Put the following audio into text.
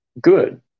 good